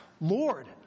Lord